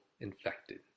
infected